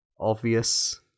obvious